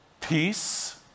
peace